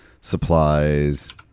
supplies